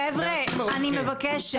חבר'ה, אני מבקשת.